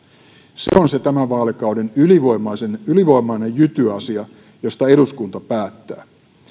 se on se tämän vaalikauden ylivoimainen ylivoimainen jyty asia josta eduskunta päättää